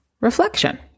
reflection